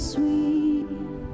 Sweet